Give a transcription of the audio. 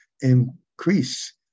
increase